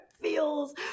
feels